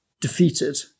defeated